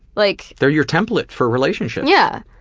like they're your template for relationships. yeah,